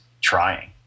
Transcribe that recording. trying